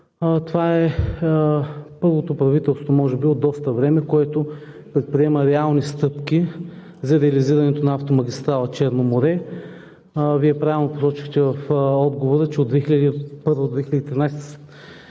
това е първото правителство може би от доста време, което предприема реални стъпки за реализирането на автомагистрала „Черно море“. Вие правилно посочихте в отговора, че от 2001 – 2013